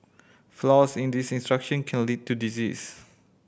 flaws in this instruction can lead to disease